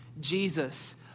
Jesus